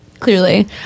Clearly